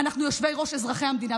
אנחנו יושבי-ראש אזרחי המדינה,